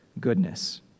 goodness